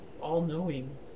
all-knowing